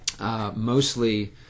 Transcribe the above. mostly